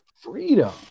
freedom